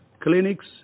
clinics